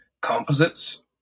composites